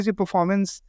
performance